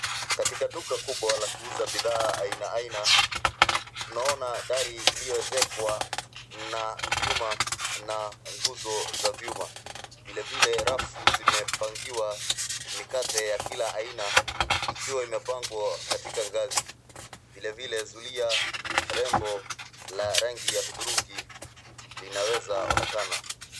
Katika duka kubwa la kuuza bidhaa aina aina, tunaona dari iliyoezekwa na vyuma na nguzo za vyuma. Vilevile rafu zimepangiwa mikate ya kila aina, ikiwa imepangwa katika ngazi. Vilevile zulia rembo la rangi ya hudhurungi linaweza onekana.